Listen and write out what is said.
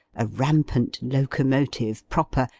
a rampant locomotive proper,